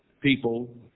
people